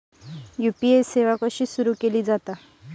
UPI सेवा कशी सुरू केली जाता?